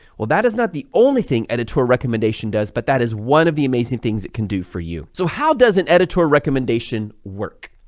well, that is not the only thing editor recommendation does but that is one of the amazing things it can do for you. so how does an editorial recommendation work?